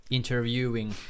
interviewing